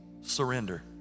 Surrender